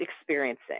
experiencing